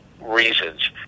reasons